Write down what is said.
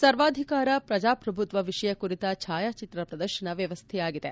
ಸರ್ವಾಧಿಕಾರ ಪ್ರಜಾಪ್ರಭುತ್ವ ವಿಷಯ ಕುರಿತ ಛಾಯಾಚಿತ್ರ ಪ್ರದರ್ಶನ ವ್ಯವಸ್ಥೆಯಾಗಿದೆ